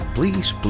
Please